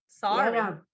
Sorry